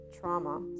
trauma